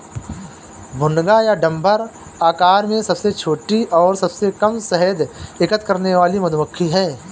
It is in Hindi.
भुनगा या डम्भर आकार में सबसे छोटी और सबसे कम शहद एकत्र करने वाली मधुमक्खी है